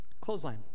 clothesline